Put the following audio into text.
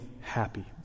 happy